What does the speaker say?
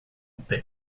paix